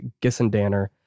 Gissendanner